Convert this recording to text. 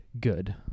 good